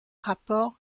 rapports